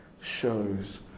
shows